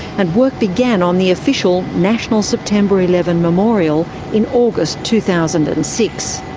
and work began on the official national september eleven memorial in august, two thousand and six.